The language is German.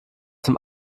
zum